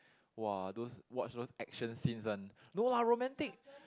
!wah! those watch those action scenes one no lah romantic